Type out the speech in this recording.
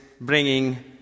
bringing